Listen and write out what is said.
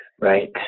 right